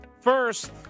First